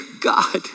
God